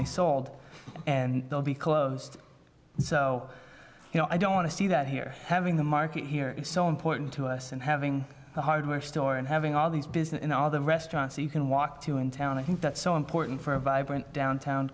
they sold and they'll be closed so you know i don't want to see that here having the market here is so important to us and having a hardware store and having all these business in all the restaurants you can walk to in town i think that's so important for a vibrant downtown